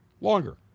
longer